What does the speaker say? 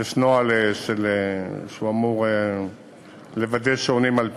יש נוהל שאמור לוודא שעונים על פניות.